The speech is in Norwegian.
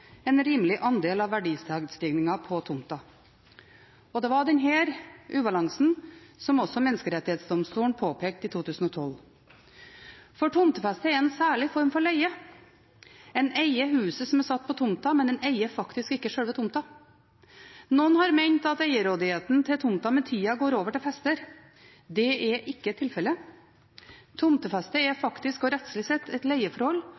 en rimelig andel av verdistigningen på tomta. Det var denne ubalansen som også Menneskerettighetsdomstolen påpekte i 2012. Tomtefeste er en særlig form for leie: Man eier huset som er satt på tomta, men man eier faktisk ikke selve tomta. Noen har ment at eierrådigheten til tomta med tida går over til fester. Det er ikke tilfellet. Tomtefeste er faktisk og rettslig sett et leieforhold,